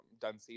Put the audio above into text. done